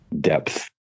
depth